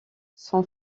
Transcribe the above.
son